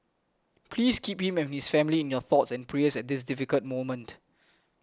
please keep him and his family in your thoughts and prayers this difficult moment